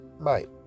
mate